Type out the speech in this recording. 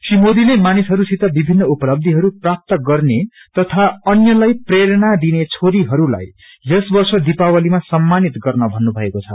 श्री मोदीले मानिसहरूसित विभिन्न उपलव्यिहरू प्राप्त गर्ने तथा अन्यलाई प्रेरणा दिने छोरीहरूलाई यस वर्ष दिपावलीमा सममानित गर्न भन्नुभएको छ